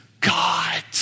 God